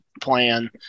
plan